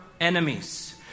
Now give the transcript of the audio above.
enemies